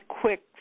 quick